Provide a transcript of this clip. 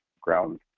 ground